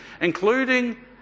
including